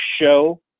show